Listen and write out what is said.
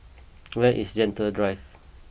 where is Gentle Drive